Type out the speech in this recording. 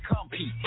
compete